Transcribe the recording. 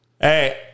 Hey